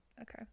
Okay